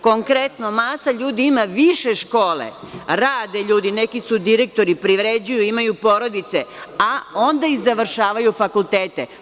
Konkretno, masa ljudi ima više škole, rade ljudi, neki su direktori, privređuju, imaju porodice, a onda i završavaju fakultete.